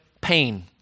pain